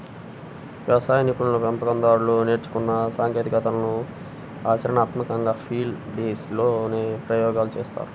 వ్యవసాయ నిపుణులు, పెంపకం దారులు నేర్చుకున్న సాంకేతికతలను ఆచరణాత్మకంగా ఫీల్డ్ డేస్ లోనే ప్రయోగాలు చేస్తారు